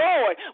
Lord